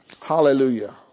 Hallelujah